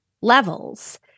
levels